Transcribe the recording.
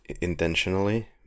intentionally